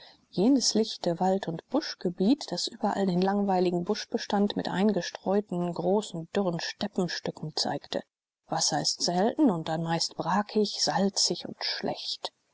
jenes lichte wald und buschgebiet das überall den langweiligen buschbestand mit eingestreuten großen dürren steppenstücken zeigt wasser ist selten und dann meist brackig salzig und schlecht